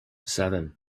seven